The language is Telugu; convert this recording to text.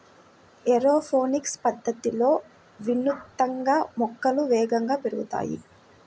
ఏరోపోనిక్స్ పద్ధతిలో వినూత్నంగా మొక్కలు వేగంగా పెరుగుతాయి